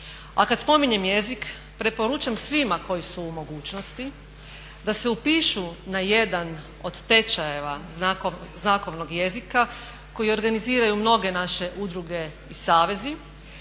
A kada spominjem jezik preporučam svima koji su u mogućnosti da se upišu na jedan od tečajeva znakovnog jezika koje organiziraju mnoge naše udruge i savezi.